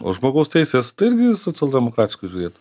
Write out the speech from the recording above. o žmogaus teisės tai irgi socialdemokratiškai žiūrėt